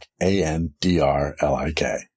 A-N-D-R-L-I-K